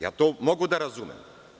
Ja to mogu da razumem.